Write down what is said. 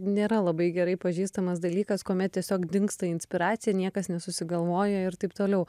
nėra labai gerai pažįstamas dalykas kuomet tiesiog dingsta inspiracija niekas nesusigalvoja ir taip toliau